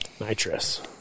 nitrous